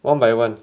one by one